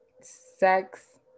sex